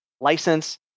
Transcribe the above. license